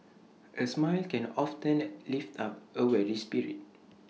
A smile can often lift up A weary spirit